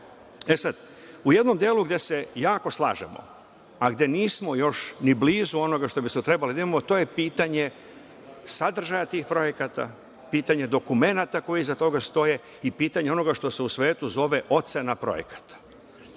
godine.U jednom delu gde se jako slažemo, a gde nismo još ni blizu onoga što bismo trebali da imamo, to je pitanje sadržaja tih projekata, pitanje dokumenata koji iza toga stoje i pitanje onoga što se u svetu zove ocena projekata.